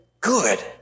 good